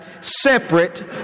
separate